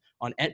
On